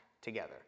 together